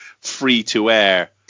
free-to-air